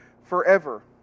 forever